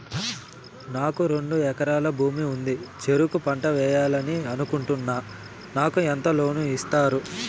నాకు రెండు ఎకరాల భూమి ఉంది, చెరుకు పంట వేయాలని అనుకుంటున్నా, నాకు ఎంత లోను ఇస్తారు?